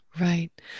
Right